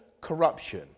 corruption